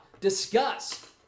Discuss